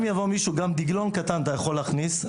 גם דגלון קטן אתה יכול להכניס.